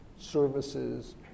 services